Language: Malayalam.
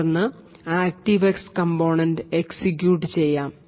തുടർന്ന് ആക്ടീവ എക്സ് കമ്പോണന്റ് എക്സിക്യൂട്ട് ചെയ്യാം